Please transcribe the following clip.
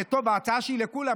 זה טוב, ההצעה שלי היא לכולם.